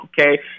okay